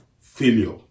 failure